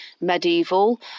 medieval